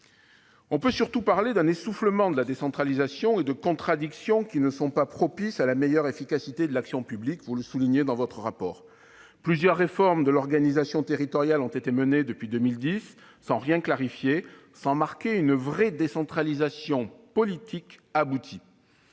On peut surtout parler d'un essoufflement de la décentralisation et de contradictions qui ne sont pas propices à la meilleure efficacité de l'action publique, comme vous le soulignez dans votre rapport. Plusieurs réformes de l'organisation territoriale ont été menées depuis 2010, sans rien clarifier, sans marquer une vraie décentralisation politique aboutie.